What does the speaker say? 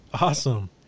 awesome